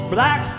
Black